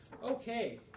Okay